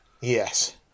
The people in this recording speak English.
Yes